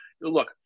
look